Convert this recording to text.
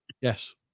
Yes